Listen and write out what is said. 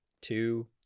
two